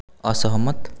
असहमत